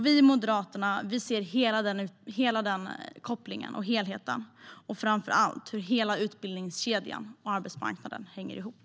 Vi i Moderaterna ser denna koppling och helhet och framför allt hur hela utbildningskedjan och arbetsmarknaden hänger ihop.